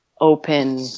open